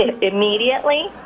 immediately